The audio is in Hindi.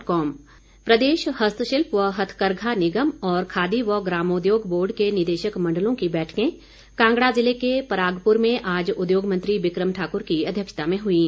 बैठक प्रदेश हस्तशिल्प व हथकरघा निगम और खादी व ग्रामोद्योग बोर्ड के निदेशक मण्डलों की बैठकें कांगड़ा ज़िले के परागपुर में आज उद्योग मंत्री बिक्रम ठाकुर की अध्यक्षता में हुईं